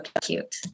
cute